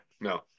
No